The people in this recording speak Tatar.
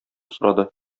сорады